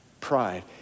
pride